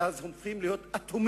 ואז הופכים להיות אטומים,